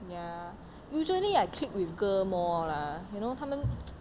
ya usually I click with girl more lah you know 她们